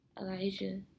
Elijah